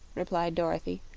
replied dorothy,